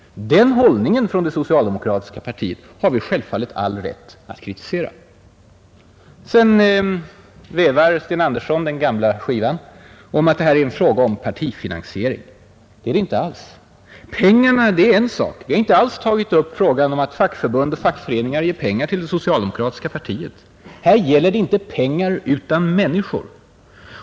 Den hållningen från det socialdemokratiska partiet har vi självfallet all rätt att kritisera. Sedan vevar Sten Andersson den gamla skivan om att det här är en fråga om partifinansiering. Det är det inte alls. Vi har inte tagit upp frågan om att fackförbund och fackföreningar ger pengar till det socialdemokratiska partiet. Här gäller det inte pengar utan människor.